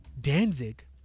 Danzig